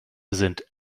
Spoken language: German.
sind